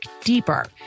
deeper